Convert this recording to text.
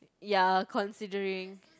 ya considering